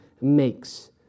makes